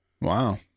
Wow